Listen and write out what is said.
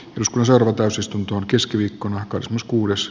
joskus harvoin täysistuntoon keskiviikkona kosmos kuudes